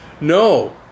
No